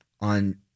on